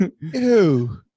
Ew